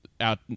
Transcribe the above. out